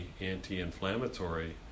anti-inflammatory